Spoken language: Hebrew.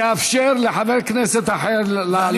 אני אאפשר לחבר כנסת אחר לעלות.